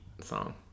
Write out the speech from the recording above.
song